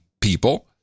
people